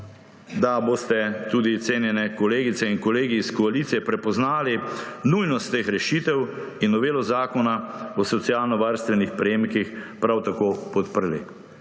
da boste tudi cenjene kolegice in kolegi iz koalicije prepoznali nujnost teh rešitev in novelo Zakona o socialno varstvenih prejemkih prav tako podprli.